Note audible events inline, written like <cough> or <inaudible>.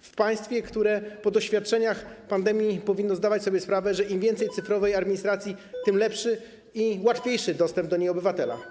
w państwie, które po doświadczeniach pandemii powinno zdawać sobie sprawę, że im więcej <noise> cyfrowej administracji, tym lepszy i łatwiejszy dostęp do niej obywatela?